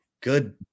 good